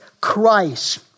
Christ